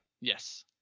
Yes